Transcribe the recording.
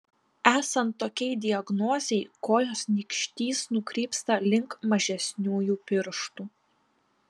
esant tokiai diagnozei kojos nykštys nukrypsta link mažesniųjų pirštų